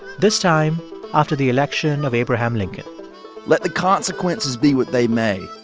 this time after the election of abraham lincoln let the consequences be what they may.